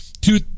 two